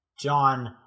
John